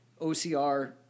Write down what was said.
OCR